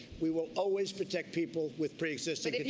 we will always protect people with preexisting